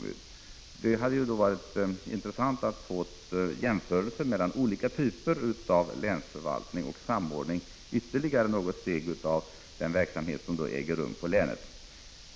Det hade varit intressant att få en jämförelse mellan olika typer av länsförvaltning och samordning ytterligare något steg av den verksamhet som äger rum på länsnivå.